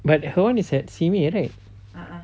but her one is at simei right